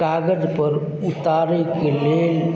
कागजपर उतारयके लेल